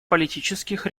политических